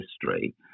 history